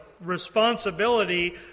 Responsibility